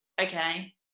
okay